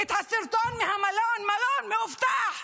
את הסרטון מהמלון, מלון מאובטח: